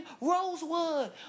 Rosewood